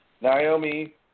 Naomi